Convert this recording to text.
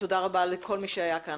תודה רבה לכל מי שהיה כאן.